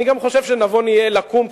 אני גם חושב שנבון יהיה לקום.